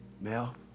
Mel